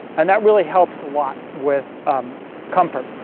and that really helps a lot with comfort.